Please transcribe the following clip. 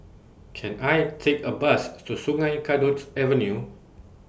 Can I Take A Bus to Sungei Kadut Avenue